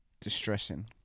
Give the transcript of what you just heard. distressing